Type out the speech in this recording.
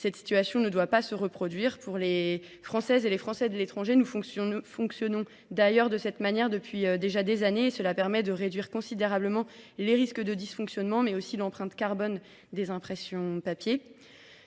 Cette situation ne doit pas se reproduire. Pour les Françaises et les Français de l'étranger, nous fonctionnons d'ailleurs de cette manière depuis déjà des années. Cela permet de réduire considérablement les risques de dysfonctionnement, mais aussi l'empreinte carbone des impressions papier.